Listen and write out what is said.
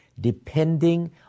depending